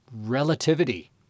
relativity